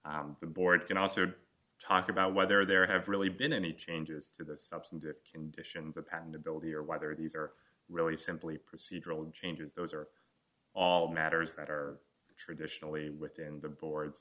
the board can also talk about whether there have really been any changes to the substantive conditions of patentability or whether these are really simply procedural changes those are all matters that are traditionally within the board